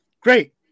great